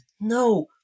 No